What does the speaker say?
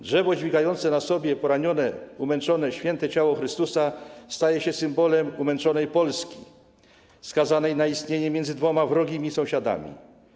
Drzewo dźwigające na sobie poranione, umęczone, święte ciało Chrystusa staje się symbolem umęczonej Polski, skazanej na istnienie między dwoma wrogimi sąsiadami.